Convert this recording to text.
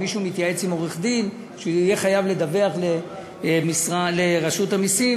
אם מישהו מתייעץ עם עורך-דין ואז יהיה חייב לדווח לרשות המסים.